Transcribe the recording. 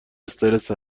استرس